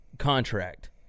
contract